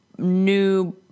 New